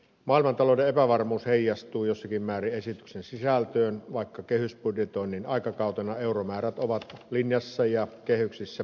maailmantalouden epävarmuus heijastuu jossakin määrin esityksen sisältöön vaikka kehysbudjetoinnin aikakautena euromäärät ovat linjassa ja kehyksissä pysytään